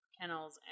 kennels